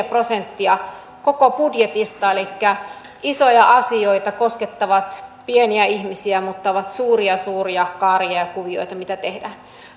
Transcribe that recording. prosenttia koko budjetista elikkä isoja asioita koskettavat pieniä ihmisiä mutta ovat suuria suuria kaaria ja kuvioita mitä tehdään